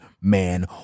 man